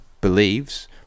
believes